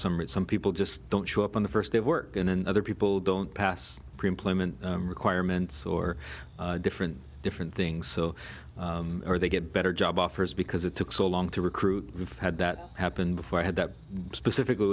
at some people just don't show up on the first day of work and other people don't pass pre employment requirements or different different things so they get better job offers because it took so long to recruit we've had that happen before i had that specific